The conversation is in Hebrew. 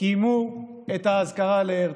קיימו את האזכרה להרצל,